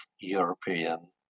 European